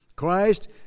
Christ